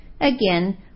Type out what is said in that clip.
Again